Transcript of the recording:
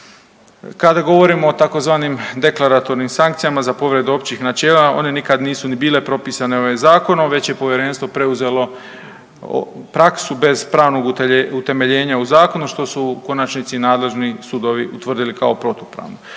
Kada govorimo o tzv. deklaratornim sankcijama za povredu općih načela one nikad nisu ni bile propisane ovim zakonom već je povjerenstvo preuzelo praksu bez pravnog utemeljenja u zakonu što su u konačnici nadležni sudovi utvrdili kao protupravno.